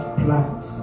plans